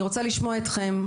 אני רוצה לשמוע אתכם.